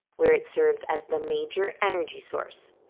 where it serves as the major energy source.